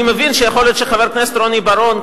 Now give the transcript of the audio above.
אני מבין שיכול להיות שחבר הכנסת רוני בר-און,